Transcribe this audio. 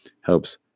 helps